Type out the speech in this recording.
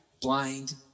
blind